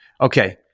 Okay